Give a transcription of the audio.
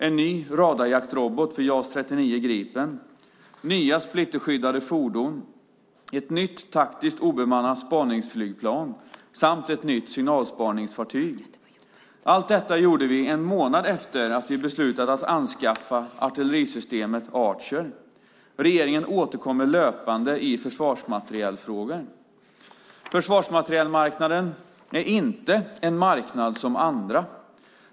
En ny radarjaktrobot för JAS 39 Gripen, nya splitterskyddade fordon, ett nytt taktiskt obemannat spaningsflygplan, TUAV, samt ett nytt signalspaningsfartyg. Allt detta gjorde vi en månad efter att vi beslutat att anskaffa artillerisystemet Archer. Regeringen återkommer löpande i försvarsmaterielfrågor. Försvarsmaterielmarknaden är inte en marknad som andra.